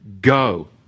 go